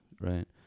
right